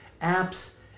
apps